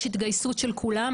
יש התגייסות של כולם,